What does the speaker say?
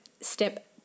step